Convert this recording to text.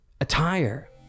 attire